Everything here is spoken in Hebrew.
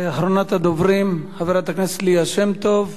אחרונת הדוברים, חברת הכנסת ליה שמטוב.